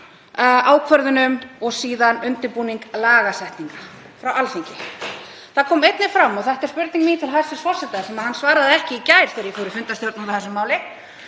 stjórnsýsluákvörðunum og síðan undirbúningi lagasetningar frá Alþingi. Það kom einnig fram, og þetta er spurning mín til hæstv. forseta sem hann svaraði ekki í gær þegar ég fór í fundarstjórn út af þessu máli,